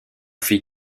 fit